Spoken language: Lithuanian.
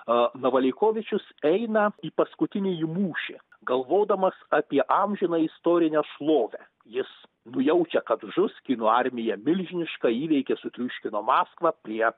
a nevaleikovičius eina į paskutinį mūšį galvodamas apie amžiną istorinę šlovę jis jaučia kad žus kinų armija milžiniška įveikė sutriuškino maskvą prie